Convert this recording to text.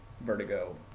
vertigo